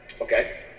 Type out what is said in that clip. Okay